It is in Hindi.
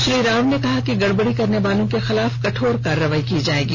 श्री राव ने कहा कि गड़बड़ी करनेवालों के खिलाफ कठोर कार्रवाई की जाएगी